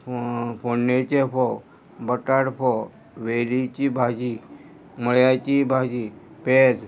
फोंडणेचे फोव बटाट फोव वेलीची भाजी मळ्याची भाजी पेज